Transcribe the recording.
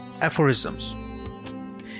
aphorisms